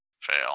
Fail